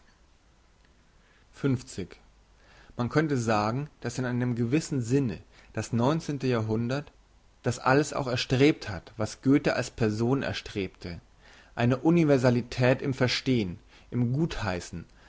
man könnte sagen dass in gewissem sinne das neunzehnte jahrhundert das alles auch erstrebt hat was goethe als person erstrebte eine universalität im verstehn im gutheissen